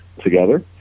together